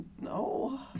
No